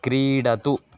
क्रीडतु